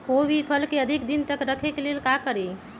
कोई भी फल के अधिक दिन तक रखे के ले ल का करी?